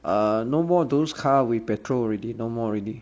uh no more those car with petrol already no more already